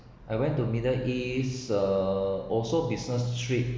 I went to middle east uh also business trip